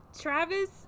Travis